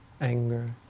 anger